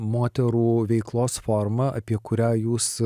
moterų veiklos formą apie kurią jūs